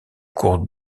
cours